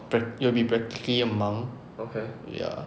pract~ you'll be practically a monk ya